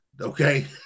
Okay